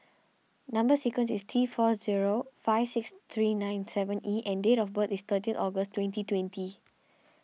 Number Sequence is T four zero five six three nine seven E and date of birth is thirty August twenty twenty